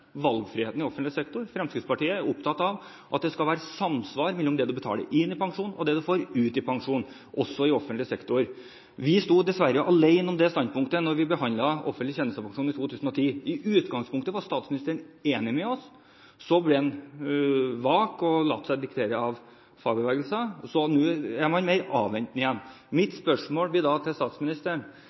valgfriheten i offentlig sektor. Fremskrittspartiet er opptatt av at det skal være samsvar mellom det man betaler inn i pensjon, og det man får ut i pensjon, også i offentlig sektor. Vi sto dessverre alene om det standpunktet da vi behandlet offentlig tjenestepensjon i 2010. I utgangspunktet var statsministeren enig med oss. Så ble han vag og lot seg diktere av fagbevegelsen, og nå er man mer avventende igjen. Mitt spørsmål til statsministeren blir da: Vil statsministeren